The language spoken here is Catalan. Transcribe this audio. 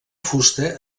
fusta